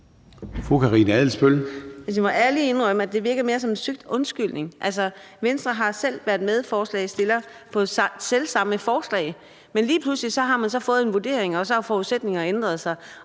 Jeg må ærligt indrømme, at det virker mere som en søgt undskyldning. Altså, Venstre har selv været medforslagsstillere på selv samme forslag, men lige pludselig har man fået en vurdering, og så har forudsætningerne ændret sig,